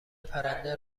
پرنده